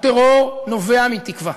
הטרור נובע מתקווה.